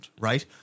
right